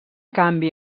canvi